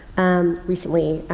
um, recently,